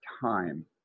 time